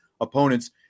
opponents